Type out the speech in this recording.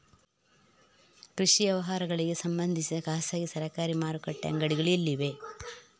ಕೃಷಿ ವ್ಯವಹಾರಗಳಿಗೆ ಸಂಬಂಧಿಸಿದ ಖಾಸಗಿಯಾ ಸರಕಾರಿ ಮಾರುಕಟ್ಟೆ ಅಂಗಡಿಗಳು ಎಲ್ಲಿವೆ?